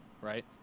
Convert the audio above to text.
right